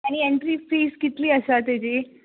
आनी entry fees कितली आसा ताजी